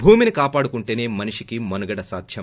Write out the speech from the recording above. భూమిని కాపాడుకుంటేనే మనిషికి మనుగడ సాధ్యం